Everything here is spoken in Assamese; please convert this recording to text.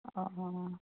অঁ